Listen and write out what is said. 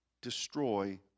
destroy